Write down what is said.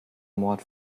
mord